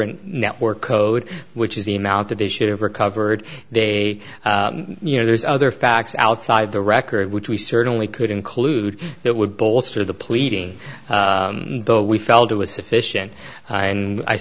an network code which is the amount that they should have recovered they you know there's other facts outside the record which we certainly could include that would bolster the pleading but we felt it was sufficient and i